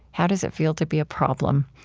how does it feel to be a problem?